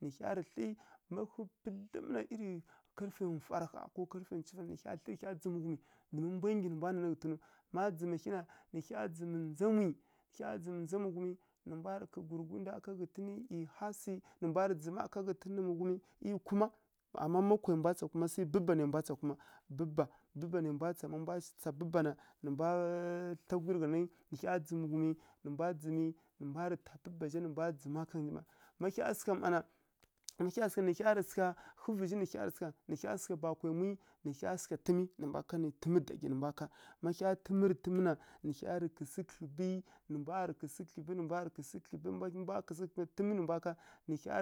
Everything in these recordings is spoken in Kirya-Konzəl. Nǝ hya rǝ thli ma pǝdlǝm na ˈyirǝ karǝfai nfwarǝ ƙha ko karǝfai ncufǝ ƙha nǝ hya thlǝ nǝ hya dzǝmǝ ghumǝ domi mbwai nggyi nǝ mbwa nanǝ ghǝtǝnǝw ma dzǝma hyi na nǝ hya dzǝmǝ ndza nǝ hya dzǝmǝ ndza mughumǝ nǝ mbwarǝ kǝi gurǝgundya ká ghǝtǝnǝ ˈyi hasǝ nǝ mbwarǝ dzǝma ka ghǝtǝnǝ mughumǝ ˈyi kwǝ má, amma ma kwai mbwa tsa kuma sai bǝba nai mbwa tsa kuma bǝba, bǝba nai mbwa tsa ma mbwa tsa bǝba na nǝ mbwa thla gudlyi rǝ ghǝnangǝ nǝ hya dzǝmǝ ghumi ma mbwa dzǝm na nǝ mbwarǝ ta bǝba zha ká ghǝnyi mma má hya sǝgha mma na nǝ hǝvǝzhi nǝ hya rǝ sǝgha ba kwa yamwi nǝ hya sǝgha tǝmi nǝ mbwa ká tǝmǝ dagyi nǝ mbwa ká má hya tǝmǝrǝ tǝm na nǝ hya rǝ kǝsǝ kǝdlyiɓǝ nǝ mbwa rǝ kǝsǝ kǝdlyiɓǝ nǝ hya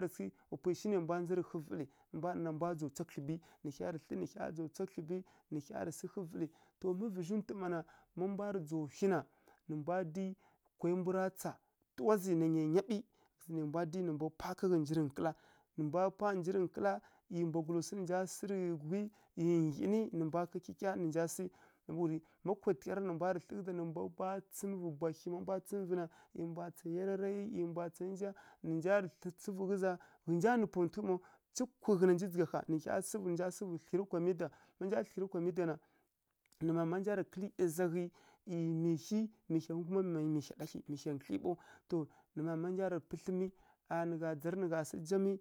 rǝ sǝghǝ wa pwai shi nai mbwa dzarǝ ghǝvǝlǝ nǝ mbwa ɗana mbwa dzai tswa kǝdlyiɓǝ nǝ hyarǝ thli nǝ hya dzai twsa kǝdlyiɓǝ nǝ hya rǝ sǝghǝ ghǝvǝlǝ to ma vǝzhi ntu mma na ma mbwarǝ dzǝgha whyi na nǝ mbwa dǝyi kwai mbu ra tsa tǝwa zǝ na ˈyaiˈyaɓǝ nǝ mbwa dǝyi nǝ mbwa pwa ka ghǝnji rǝ nkǝla, nǝ mbwa pwa ka ghunji rǝ nkǝla ˈyi mbwagula swi nǝ nja sǝ rǝ gudlyiˈyi ngǝni nǝ nja sǝ ma kwatǝgha rǝ na nǝ mbwa tsǝmǝvǝ bwahyi ma mbwa tsǝmǝvǝ na ˈyi mbwa tsa yararai nǝ nja rǝ sǝvu ghǝza má nja sǝvu na ghǝnja nǝ paw ntǝghǝw tsǝpǝ ghǝna nji dzǝgharǝ ƙha nǝ sǝvǝ thlǝrǝ kwa midǝgha má nja thǝrǝ kwa midǝgha na nǝ mama nja rǝ kǝlǝ ˈiya zaghǝ, ˈyi mihi mihya ɗathlyi mihya kǝthlyi ɓaw to nǝ mama nja rǝ pǝthlǝ mi a nǝ dzarǝ nǝ gha sǝ jami.